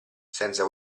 senza